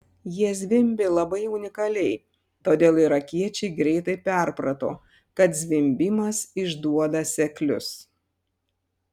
jie zvimbė labai unikaliai todėl irakiečiai greitai perprato kad zvimbimas išduoda seklius